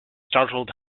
startled